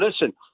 listen